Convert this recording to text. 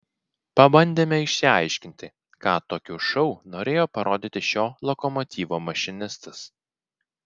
pabandėme išsiaiškinti ką tokiu šou norėjo parodyti šio lokomotyvo mašinistas